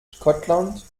schottland